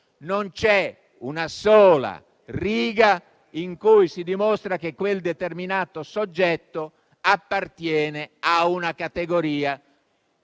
non c'è una sola riga in cui si dimostra che quel determinato soggetto appartiene a una categoria